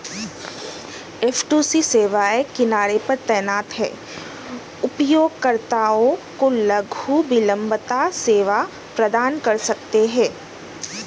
F two C सेवाएं किनारे पर तैनात हैं, उपयोगकर्ताओं को लघु विलंबता सेवा प्रदान कर सकते हैं